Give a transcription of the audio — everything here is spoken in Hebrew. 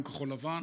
יום כחול-לבן,